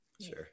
sure